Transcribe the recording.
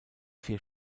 vier